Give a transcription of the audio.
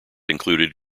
included